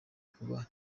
kuba